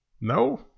No